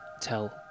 tell